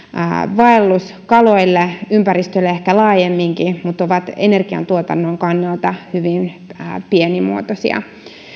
vaelluskaloille ympäristölle ehkä laajemminkin mutta jotka ovat energiantuotannon kannalta hyvin pienimuotoisia